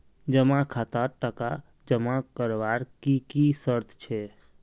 जमा खातात टका जमा करवार की की शर्त छे?